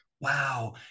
wow